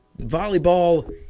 volleyball